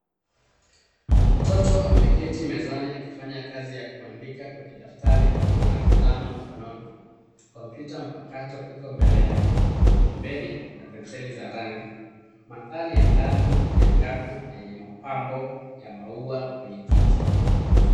Mtoto ameketi mezani akifanya kazi ya kuandika kwenye daftari akiwa na kalamu mkononi. Kompyuta mpakato iko mbele yake . Pembeni, kuna penseli za rangi. Mandhari ya ndani ni angavu na yenye mapambo ya maua kwenye kiti.